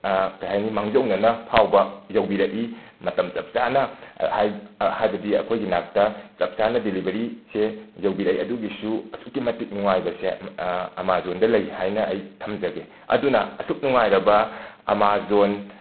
ꯀꯩ ꯍꯥꯏꯅ ꯃꯥꯡꯖꯧꯅꯅ ꯐꯥꯎꯕ ꯌꯧꯕꯤꯔꯛꯏ ꯃꯇꯝ ꯆꯞ ꯆꯥꯅ ꯍꯥꯏ ꯍꯥꯏꯕꯗꯤ ꯑꯩꯈꯣꯏꯒꯤ ꯅꯥꯛꯇ ꯆꯞ ꯆꯥꯅ ꯗꯤꯂꯤꯕꯔꯤ ꯁꯦ ꯌꯧꯕꯤꯔꯛꯏ ꯑꯗꯨꯒꯤꯁꯨ ꯑꯁꯨꯛꯀꯤ ꯃꯇꯤꯛ ꯅꯨꯡꯉꯥꯏꯕꯁꯦ ꯑꯃꯥꯖꯣꯟꯗ ꯂꯩ ꯍꯥꯏꯅ ꯑꯩ ꯊꯝꯖꯒꯦ ꯑꯗꯨꯅ ꯑꯁꯨꯛ ꯅꯨꯉꯥꯏꯔꯕ ꯑꯃꯥꯖꯣꯟ